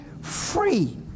free